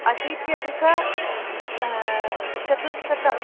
अशीत्यधिक चतुश्शतम्